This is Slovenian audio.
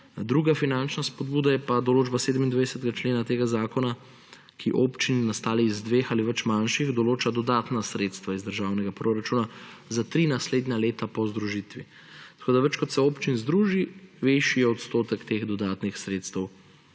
Druga finančna spodbuda je pa določba 27. člena tega zakona, ki občini, nastalih iz dveh ali več manjših, določa dodatna sredstva iz državnega proračuna za tri naslednja leta po združitvi. Tako da več kot se občin združi, višji je odstotek teh dodatnih sredstev